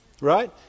Right